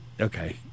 Okay